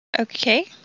Okay